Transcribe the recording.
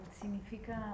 significa